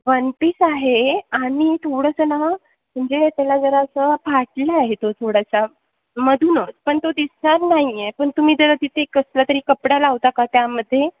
one piece आहे आणि थोडंसं ना म्हणजे त्याला जरासं फाटलं आहे तो थोडासा मधूनच पण तो दिसणार नाही आहे पण तुम्ही जरा तिथे कसला तरी कपडा लावता का त्यामध्ये